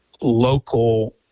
local